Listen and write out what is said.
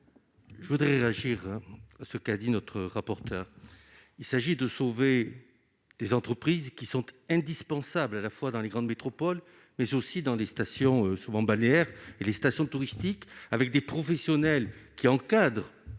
Je souhaite réagir aux propos de notre rapporteur. Il s'agit de sauver des entreprises qui sont indispensables dans les grandes métropoles, mais aussi dans les stations balnéaires et les communes touristiques, avec des professionnels qui encadrent